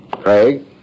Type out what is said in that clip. Craig